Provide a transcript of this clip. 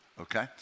Okay